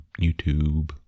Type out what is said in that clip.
YouTube